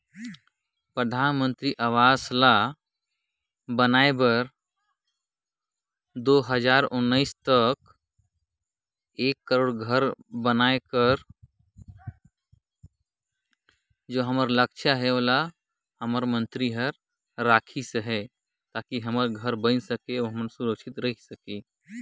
परधानमंतरी ग्रामीण आवास योजना में बछर दुई हजार उन्नीस तक एक करोड़ घर बनाए कर लक्छ राखे गिस अहे